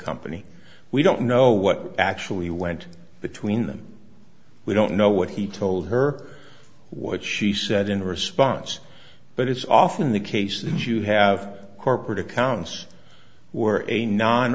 company we don't know what actually went between them we don't know what he told her what she said in response but it's often the case that you have corporate accounts were a non